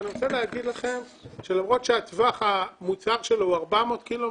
אני רוצה לומר לכם שלמרות שהטווח המוצהר שלו הוא 400 קילומטרים,